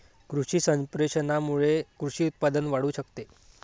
कृषी संप्रेषणामुळे कृषी उत्पादन वाढू शकते